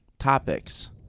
topics